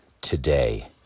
Today